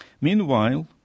Meanwhile